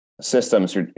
systems